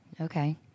okay